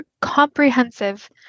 comprehensive